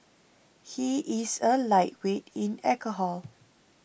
he is a lightweight in alcohol